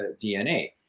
DNA